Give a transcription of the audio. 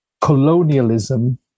colonialism